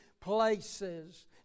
places